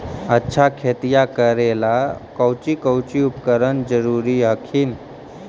अच्छा खेतिया करे ला कौची कौची उपकरण जरूरी हखिन?